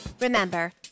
Remember